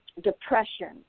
depression